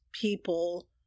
people